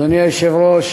אדוני היושב-ראש,